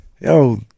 yo